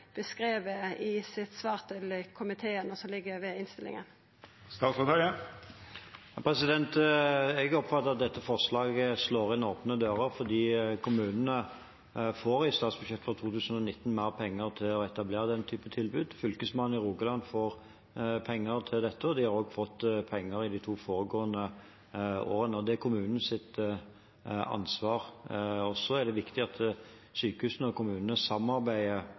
i svaret til komiteen som ligg ved innstillinga? Jeg oppfatter at dette forslaget slår inn åpne dører, for kommunene får i statsbudsjettet for 2019 mer penger til å etablere den type tilbud. Fylkesmannen i Rogaland får penger til dette, og de har også fått penger de to foregående årene. Det er kommunenes ansvar, og det er viktig at sykehusene og kommunene samarbeider